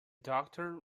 doctor